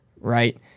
Right